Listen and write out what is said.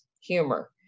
humor